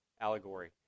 Allegory